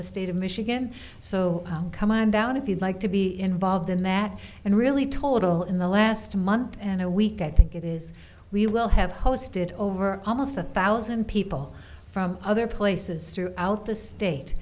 the state of michigan so come on down if you'd like to be involved in that and really total in the last month and a week i think it is we will have hosted over almost a thousand people from other places throughout the state